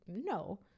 No